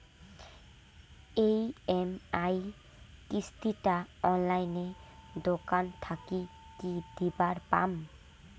EMI কিস্তি টা অনলাইনে দোকান থাকি কি দিবার পাম?